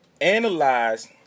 analyze